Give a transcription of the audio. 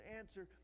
answer